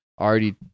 already